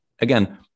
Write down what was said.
Again